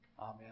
Amen